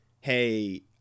hey